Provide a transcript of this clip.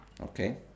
Okay